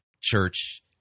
church